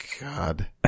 god